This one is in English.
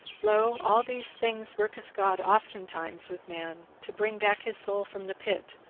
lo, all these things worketh god oftentimes with man, to bring back his soul from the pit,